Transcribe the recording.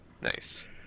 Nice